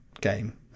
game